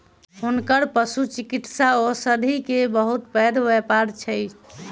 हुनकर पशुचिकित्सा औषधि के बहुत पैघ व्यापार अछि